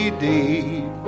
deep